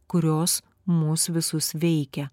kurios mus visus veikia